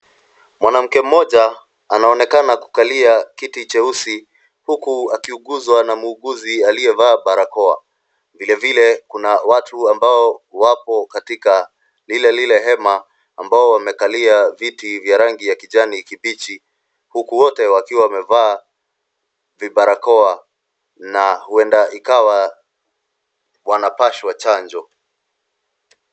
Mwanamke mmoja anaonekana kukalia kiti cheusi huku akiuguzwa na muuguzi aliyevaa barakoa. Vile vile, kuna watu ambao wako katika lile lile hema, ambao wamekalia viti vya rangi ya kijani kibichi, huku wote wakiwa wamevaa barakoa na huenda ikawa wanapashwa chanjo.